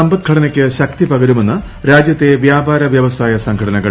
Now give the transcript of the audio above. സമ്പദ്ഘടനയ്ക്ക് ശൂക്തി പകരുമെന്ന് രാജ്യത്തെ വ്യാപാരവ്യവസ്മായ് സംഘടനകൾ